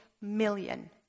million